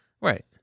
Right